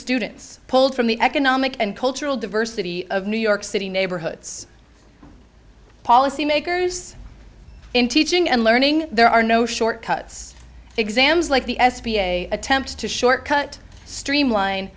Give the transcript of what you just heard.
students pulled from the economic and cultural diversity of new york city neighborhoods policymakers in teaching and learning there are no short cuts exams like the s b a attempt to short cut streamline